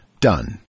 done